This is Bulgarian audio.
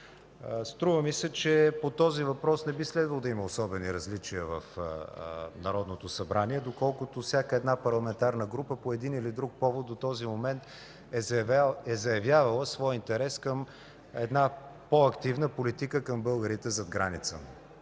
Струва ми се, че по този въпрос не би следвало да има особени различия в Народното събрание, доколкото всяка парламентарна група по един или друг повод до този момент е заявявала своя интерес към една по-активна политика към българите зад граница.